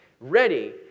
ready